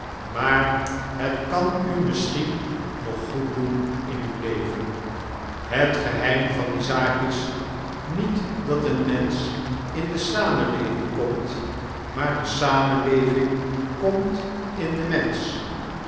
maar het kan u misschien nog goeddoen in uw leven het geheim van die zaak is niet dat een mensch in de samenleving komt maar de samenleving komt in den mensch